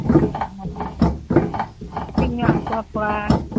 ᱠᱟᱹᱴᱤᱡ ᱧᱚᱜᱼᱟᱜ ᱠᱚᱦᱚᱸ ᱛᱷᱚᱲᱟ